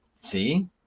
see